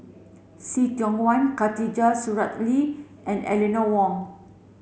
See Tiong Wah Khatijah Surattee and Eleanor Wong